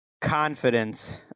confidence